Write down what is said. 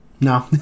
no